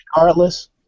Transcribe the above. regardless